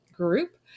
group